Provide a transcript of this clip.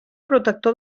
protector